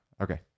Okay